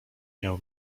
miał